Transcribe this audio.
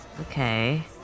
Okay